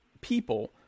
people